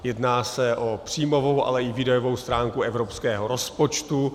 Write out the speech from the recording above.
Jedná se o příjmovou, ale i výdajovou stránku evropského rozpočtu.